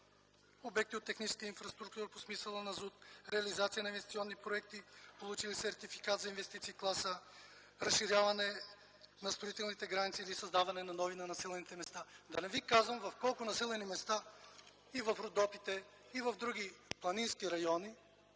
обекти от техническа инфраструктура по смисъла на ЗУТ, реализация на инвестиционни проекти, получили сертификат за инвестиции клас „А”, разширяване на строителните граници или създаване на нови в населените места. Да не ви казвам в колко населени места – и в Родопите, и в други планински райони,